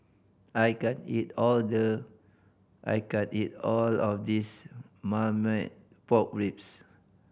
I can't eat all the I can't eat all of this Marmite Pork Ribs